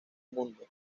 mundo